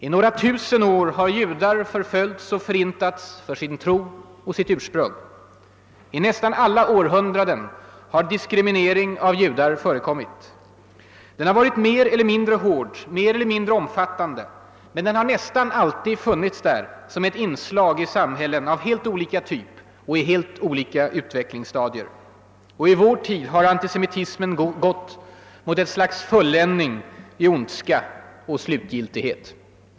I några tusen år har judar förföljts och förintats för sin tro och sitt ursprung. I nästan alla århundraden har diskriminering av judar förekommit. Den har varit mer eller mindre hård, mer eller mindre omfattande — men den har nästan alltid funnits där som ett inslag i samhällen av helt olika typ och i helt olika utvecklingsstadier. Och i vår tid har antisemitismen gått mot ett slags fulländning i ondska och slutgiltighet.